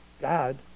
God